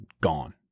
Gone